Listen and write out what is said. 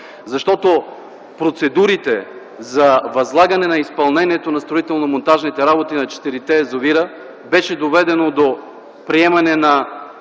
Защото процедурите за възлагане изпълнението на строително-монтажните работи на четирите язовира бяха доведени да приемане на